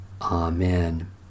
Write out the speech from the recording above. Amen